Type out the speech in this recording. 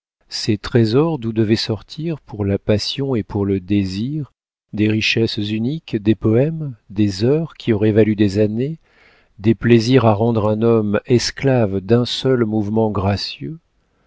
ces trésors d'où devaient sortir pour la passion et pour le désir des richesses uniques des poèmes des heures qui auraient valu des années des plaisirs à rendre un homme esclave d'un seul mouvement gracieux